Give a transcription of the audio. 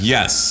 Yes